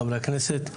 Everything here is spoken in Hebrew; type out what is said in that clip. חברי הכנסת,